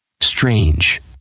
strange